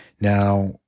Now